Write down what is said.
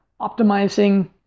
optimizing